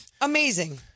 Amazing